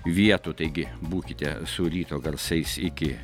vietų taigi būkite su ryto garsais iki